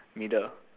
middle